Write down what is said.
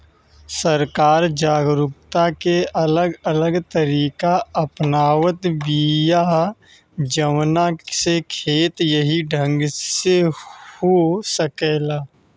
सरकार जागरूकता के अलग अलग तरीका अपनावत बिया जवना से खेती सही ढंग से हो सके